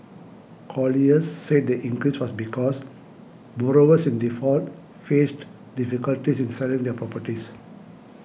colliers said the increase was because borrowers in default faced difficulties in selling their properties